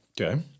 Okay